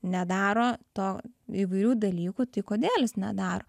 nedaro to įvairių dalykų tai kodėl jis nedaro